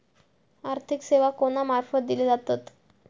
आर्थिक सेवा कोणा मार्फत दिले जातत?